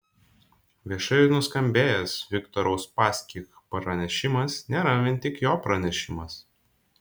viešai nuskambėjęs viktoro uspaskich pranešimas nėra vien tik jo pranešimas